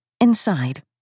Inside